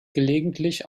gelegentlich